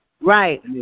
Right